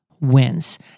wins